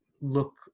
look